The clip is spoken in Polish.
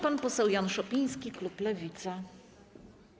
Pan poseł Jan Szopiński, klub Lewica.